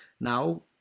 Now